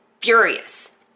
furious